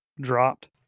dropped